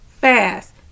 fast